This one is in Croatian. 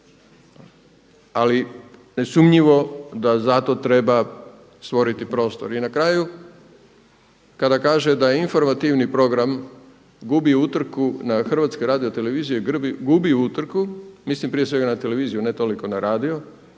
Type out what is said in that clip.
Ali nesumnjivo da zato treba stvoriti prostor. I na kraju kada kaže da informativni program gubi utrku na HRT-u gubi utrku, mislim prije svega na televiziju, ne toliko na radio,